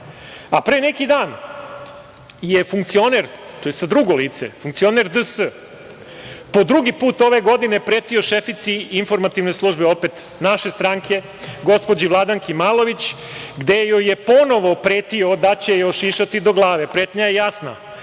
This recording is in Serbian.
neki dan je funkcioner, drugo lice, funkcioner D.S. po drugi put ove godine pretio šefici informativne službe, opet naše stranke, gospođi Vladanki Malović gde joj je ponovo pretio da će je ošišati do glave. Pretnja je jasna,